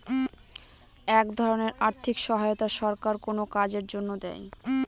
এক ধরনের আর্থিক সহায়তা সরকার কোনো কাজের জন্য দেয়